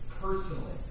personally